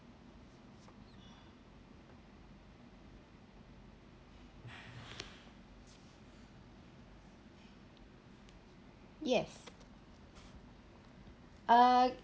yes uh